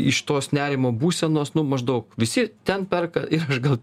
iš tos nerimo būsenos nu maždaug visi ten perka ir aš gal